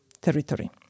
territory